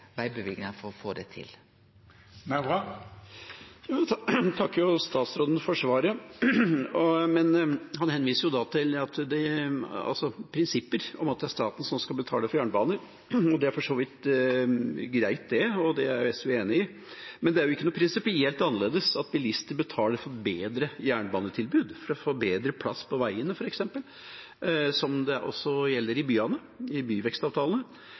for å få det til. Jeg takker statsråden for svaret. Han henviser til prinsipper om at det er staten som skal betale for jernbane, og det er for så vidt greit, og det er jo SV enig i. Men det er ikke noe prinsipielt annerledes at bilister betaler for bedre jernbanetilbud, f.eks. for å få bedre plass på veiene, sånn som det også gjelder i byene, i byvekstavtalene.